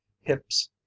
hips